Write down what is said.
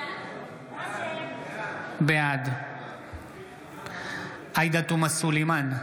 בעד עאידה תומא סלימאן,